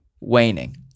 waning